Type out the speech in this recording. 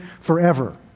forever